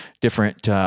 different